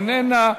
איננה,